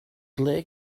ble